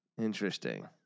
Interesting